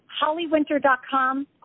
HollyWinter.com